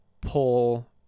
pull